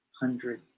hundred